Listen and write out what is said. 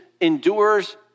endures